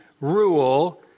rule